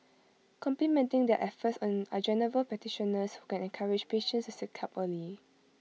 complementing their efforts are general practitioners who can encourage patients to seek help early